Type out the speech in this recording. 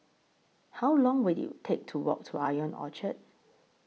How Long Will IT Take to Walk to Ion Orchard